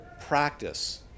practice